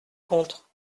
contre